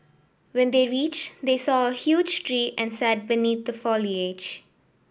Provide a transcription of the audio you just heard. when they reached they saw a huge tree and sat beneath the foliage